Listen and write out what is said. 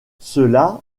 cela